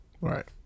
right